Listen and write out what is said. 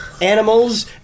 animals